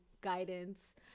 guidance